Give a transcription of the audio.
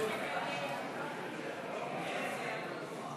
הצעת